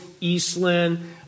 eastland